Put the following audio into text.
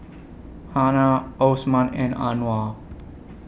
Hana Osman and Anuar